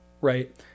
Right